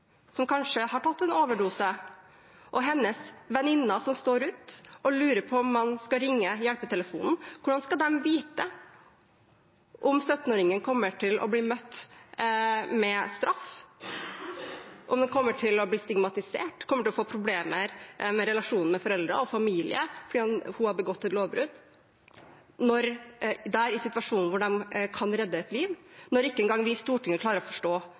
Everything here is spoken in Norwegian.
overdose, og hennes venninne som står ute og lurer på om man skal ringe hjelpetelefonen, skal vite om 17-åringen kommer til å bli møtt med straff, om de kommer til å bli stigmatisert og kommer til å få problemer med relasjoner med foreldre og familie fordi hun har begått et lovbrudd, i en situasjon hvor de kan redde et liv – når ikke engang vi i Stortinget klarer å forstå